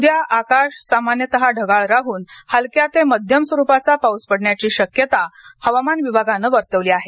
उद्या आकाश सामान्यतः ढगाळ राहून हलक्या ते मध्यम स्वरुपाचा पाऊस पडण्याची शक्यता हवामान खात्याने वर्तवली आहे